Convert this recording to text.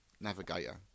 navigator